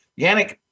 Yannick